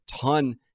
Ton